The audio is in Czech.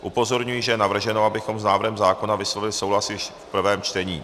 Upozorňuji, že je navrženo, abychom s návrhem zákona vyslovili souhlas již v prvém čtení.